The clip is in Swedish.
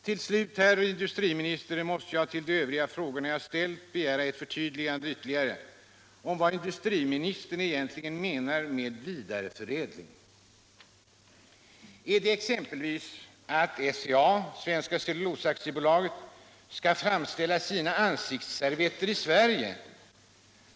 Till slut, herr industriminister, måste jag till de övriga frågorna jag ställt begära ett förtydligande om vad industriministern egentligen menar med ”vidareförädling”. Är det exempelvis att SCA skall framställa sina ansiktsservetter i Sverige?